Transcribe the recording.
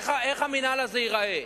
איך המינהל הזה ייראה?